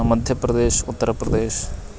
मध्यप्रदेशः उत्तरप्रदेशः